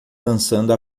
dançando